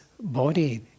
body